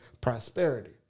prosperity